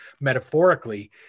metaphorically